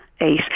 Eight